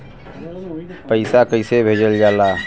पैसा कैसे भेजल जाला?